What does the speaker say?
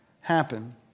happen